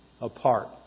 apart